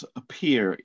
appear